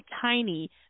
tiny